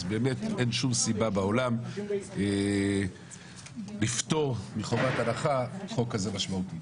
אז באמת אין שום סיבה בעולם לפטור מחובת הנחה חוק כזה משמעותי,